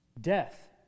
Death